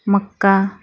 मका